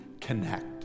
connect